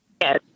Yes